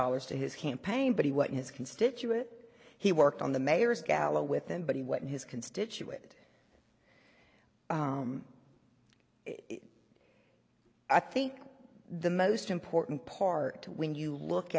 dollars to his campaign but he what his constituents he worked on the mayor's gala with them but he what his constituent i think the most important part when you look